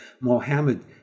Mohammed